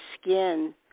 skin